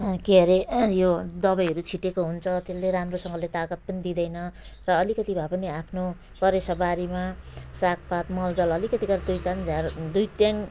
के अरे यो दबाईहरू छिटेको हुन्छ त्यसले राम्रोसँगले तागत पनि दिँदैन र अलिकिति भए पनि आफ्नो करेसाबारीमा सागपात मलजल अलिकति गरेर दुई कान झ्यार दुई ट्याङ